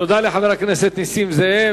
תודה לחבר הכנסת נסים זאב.